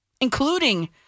including